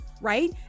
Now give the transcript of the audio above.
right